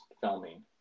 filming